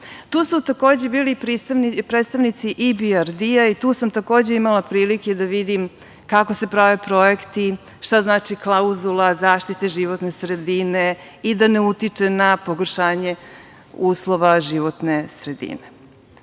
EU.Tu su takođe bili predstavnici IBRD-a i tu sam takođe imala prilike da vidim kako se prave projekti, šta znači klauzula zaštite životne sredine i da ne utiče na pogoršanje uslova životne sredine.